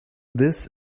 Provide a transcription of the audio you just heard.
this